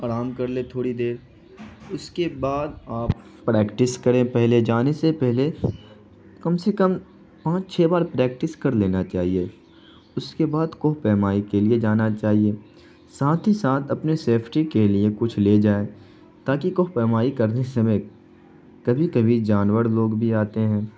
آرام کر لے تھوڑی دیر اس کے بعد آپ پریکٹس کریں پہلے جانے سے پہلے کم سے کم پانچ چھ بار پریکٹس کر لینا چاہیے اس کے بعد کوہ پیمائی کے لیے جانا چاہیے ساتھ ہی ساتھ اپنے سیفٹی کے لیے کچھ لے جائیں تاکہ کوہ پیمائی کرتے سمے کبھی کبھی جانور لوگ بھی آتے ہیں